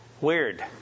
Weird